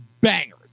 bangers